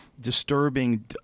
disturbing